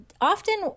Often